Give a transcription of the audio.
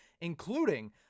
including